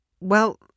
Well